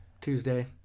Tuesday